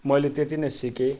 मैले त्यति नै सिकेँ